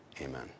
Amen